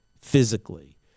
physically